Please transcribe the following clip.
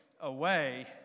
away